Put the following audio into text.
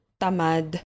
tamad